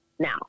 now